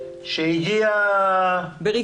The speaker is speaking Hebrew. שהגיעה באיחור